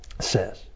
says